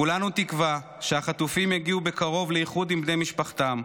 כולנו תקווה שהחטופים יגיעו בקרוב לאיחוד עם בני משפחתם,